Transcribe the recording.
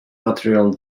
material